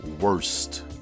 worst